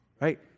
right